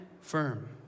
firm